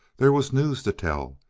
there was news to tell,